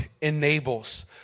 enables